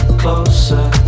closer